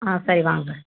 ஆ சரி வாங்க